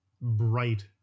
bright